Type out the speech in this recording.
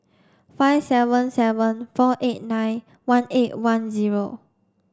five seven seven four eight nine one eight one zero